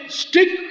stick